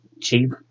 cheap